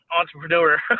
entrepreneur